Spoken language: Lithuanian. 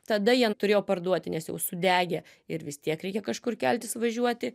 tada jie turėjo parduoti nes jau sudegę ir vis tiek reikia kažkur keltis važiuoti